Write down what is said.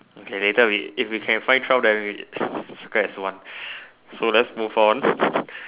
okay later if we can find twelve then we circle as one so let's move on